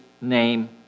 name